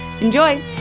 Enjoy